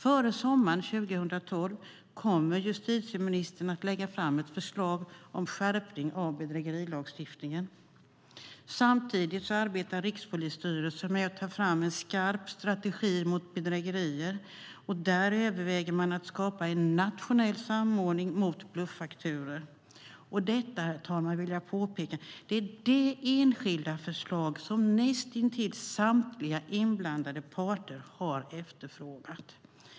Före sommaren 2012 kommer justitieministern att lägga fram ett förslag om skärpning av bedrägerilagstiftningen. Samtidigt arbetar Rikspolisstyrelsen med att ta fram en skarp strategi mot bedrägerier. Där överväger man att skapa en nationell samordning mot bluffakturor. Detta är det enskilda förslag, nationell samordning mot bluffakturor, som näst intill samtliga inblandade parter har efterfrågat.